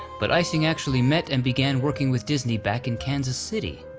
but ising actually met and began working with disney back in kansas city.